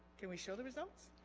can we show the results